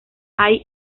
hay